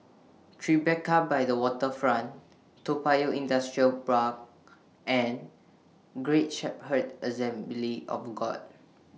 Tribeca By The Waterfront Toa Payoh Industrial Park and Great Shepherd Assembly of God